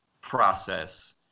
process